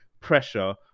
pressure